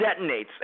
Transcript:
detonates